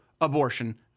abortion